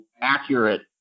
accurate